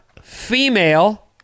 female